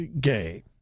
gay